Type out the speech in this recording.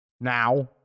now